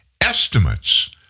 Estimates